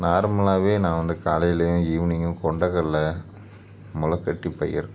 நார்மலாகவே நான் வந்து காலைலேயும் ஈவ்னிங்கும் கொண்டக்கடலை முளைக்கட்டி பயிர்